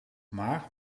maar